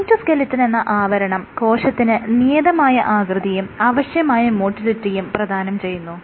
cytoskeleton എന്ന ആവരണം കോശത്തിന് നിയതമായ ആകൃതിയും അവശ്യമായ മോട്ടിലിറ്റിയും പ്രധാനം ചെയ്യുന്നു